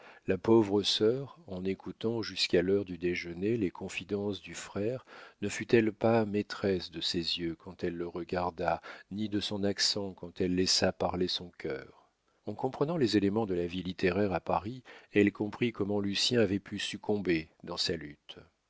la pauvre sœur en écoutant jusqu'à l'heure du déjeuner les confidences du frère ne fut-elle pas maîtresse de ses yeux quand elle le regarda ni de son accent quand elle laissa parler son cœur en comprenant les éléments de la vie littéraire à paris elle comprit comment lucien avait pu succomber dans la lutte